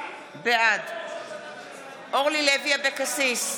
בעד אורלי לוי אבקסיס,